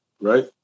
right